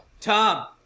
Tom